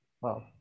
Wow